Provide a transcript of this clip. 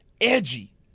edgy